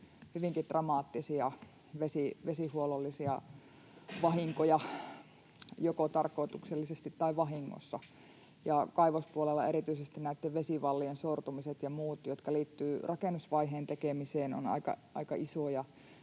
dramaattisia vesihuollollisia vahinkoja joko tarkoituksellisesti tai vahingossa. Kaivospuolella erityisesti näitten vesivallien sortumiset ja muut, jotka liittyvät rakennusvaiheen tekemiseen, ovat aika isoja.